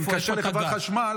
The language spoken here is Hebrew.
-- אני מתקשר לחברת חשמל,